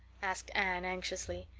asked anne anxiously.